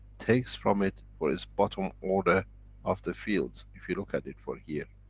takes from it for its bottom order of the fields. if you look at it for here.